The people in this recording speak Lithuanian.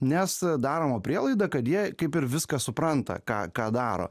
nes daroma prielaida kad jie kaip ir viską supranta ką ką daro